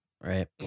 right